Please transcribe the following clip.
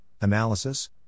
analysis